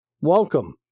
welcome